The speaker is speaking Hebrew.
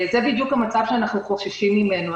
זה בדיוק המצב שאנחנו חוששים ממנו.